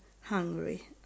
hungry